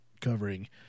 covering